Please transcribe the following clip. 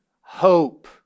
hope